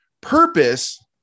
Purpose